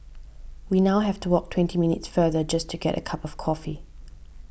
we now have to walk twenty minutes further just to get a cup of coffee